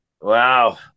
Wow